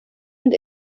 and